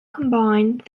combined